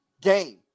game